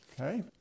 Okay